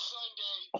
Sunday